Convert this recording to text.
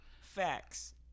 Facts